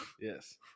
Yes